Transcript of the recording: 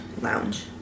Lounge